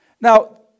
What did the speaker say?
Now